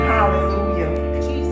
Hallelujah